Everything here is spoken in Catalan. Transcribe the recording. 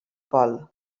pol